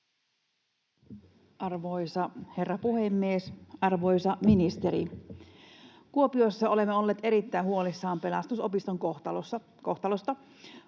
Arvoisa herra puhemies! Arvoisa ministeri, Kuopiossa olemme olleet erittäin huolissamme Pelastusopiston kohtalosta.